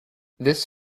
this